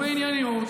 בענייניות.